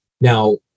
Now